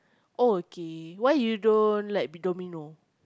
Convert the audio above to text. oh okay why you don't like D~ Domino